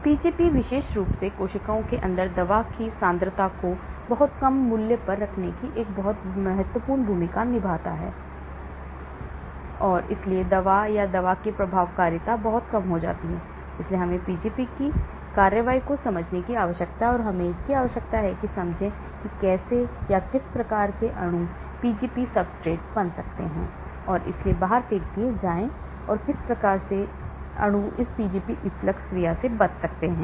Pgp विशेष रूप से कोशिकाओं के अंदर दवा की एकाग्रता को बहुत कम मूल्य पर रखने में बहुत महत्वपूर्ण भूमिका निभाता है और इसलिए दवा या दवा की प्रभावकारिता बहुत कम हो जाती है इसलिए हमें Pgp की कार्रवाई को समझने की आवश्यकता है और हमें इसकी आवश्यकता है समझें कि कैसे या किस प्रकार के अणु Pgp सब्सट्रेट बन सकते हैं और इसलिए बाहर फेंक दिए जाते हैं और किस प्रकार के अणु इस Pgp इफ्लक्स क्रिया से बच सकते हैं